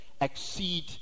exceed